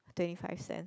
twenty five cents